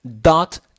Dot